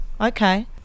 Okay